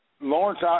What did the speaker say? Lawrence